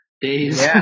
Days